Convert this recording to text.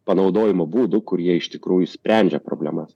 panaudojimo būdų kurie iš tikrųjų sprendžia problemas